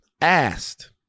asked